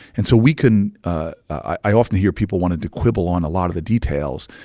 and so we can ah i often hear people wanted to quibble on a lot of the details.